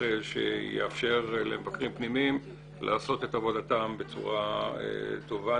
שיאפשר למבקרים פנימיים לעשות את עבודתם בצורה טובה,